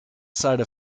side